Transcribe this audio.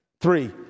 three